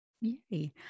Yay